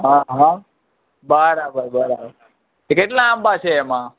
હં હં બરાબર બરાબર તે કેટલા આંબા છે એમાં